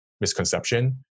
misconception